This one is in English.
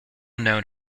known